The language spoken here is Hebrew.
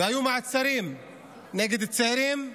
והיו מעצרים של צעירים,